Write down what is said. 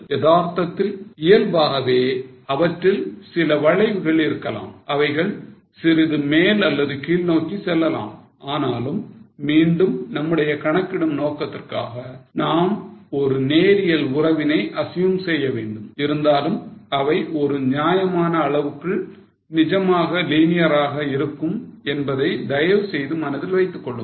எதார்த்தத்தில் இயல்பாகவே அவற்றில் சில வளைவுகள் இருக்கலாம் அவைகள் சிறிது மேல் அல்லது கீழ் நோக்கி செல்லலாம் ஆனாலும் மீண்டும் நம்முடைய கணக்கிடும் நோக்கத்துக்காக நாம் ஒரு நேரியல் உறவினை assume செய்ய வேண்டும் இருந்தாலும் அவை ஒரு நியாயமான அளவுக்குள் நிஜமாக linear ஆக இருக்கும் என்பதை தயவுசெய்து மனதில் வைத்துக்கொள்ளுங்கள்